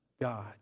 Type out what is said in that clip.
God